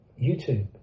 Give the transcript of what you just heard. YouTube